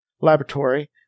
laboratory